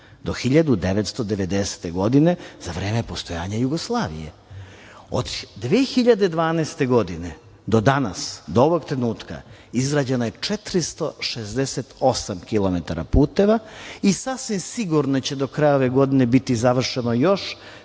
do 1990. godine za vreme postojanja Jugoslavije. Od 2012. godine do danas, do ovog trenutka, izgrađeno je 468 kilometara puteva i sasvim sigurno će do kraja ove godine biti završeno još